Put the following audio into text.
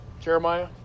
Jeremiah